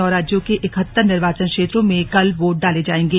नौ राज्यों के इकहत्तर निर्वाचन क्षेत्रों में कल वोट डाले जाएंगे